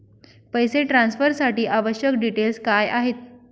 पैसे ट्रान्सफरसाठी आवश्यक डिटेल्स काय आहेत?